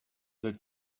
that